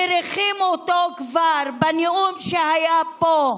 מריחים אותו כבר בנאום שהיה פה,